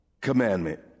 commandment